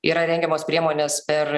yra rengiamos priemonės per